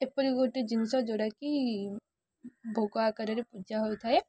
ଏପରି ଗୋଟେ ଜିନିଷ ଯେଉଁଟାକି ଭୋଗ ଆକାରରେ ପୂଜା ହୋଇଥାଏ